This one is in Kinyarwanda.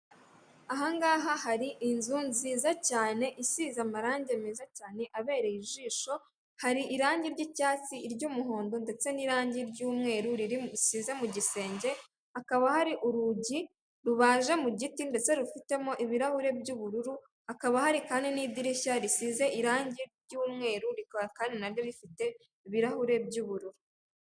Aha ngaha hari inzu nziza cyane isize amarange meza cyane abereye ijisho, hari irangi ry'icyatsi, iry'umuhondo ndetse n'irangi ry'umweru risize mu gisenge, hakaba hari urugi rubaje mu giti ndetse rufitemo ibirahuri by'ubururu, hakaba hari kandi n'idirishya risize irangi ry'umweru rikaba kandi na ryo rifite ibirahure by'ubururu.